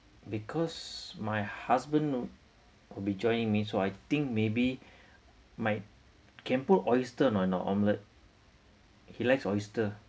because my husband will be joining me so I think maybe might can put oyster or not omelette he likes oyster